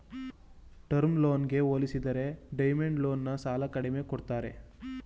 term ಲೋನ್ಗೆ ಹೋಲಿಸಿದರೆ demand loan ನ ಸಾಲ ಕಡಿಮೆ ಕೊಡ್ತಾರೆ